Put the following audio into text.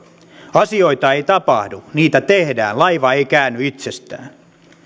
asioita ei tapahdu niitä tehdään laiva ei käänny itsestään